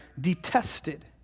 detested